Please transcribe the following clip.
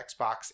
Xbox